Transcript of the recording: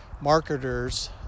marketers